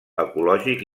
ecològic